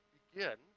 begin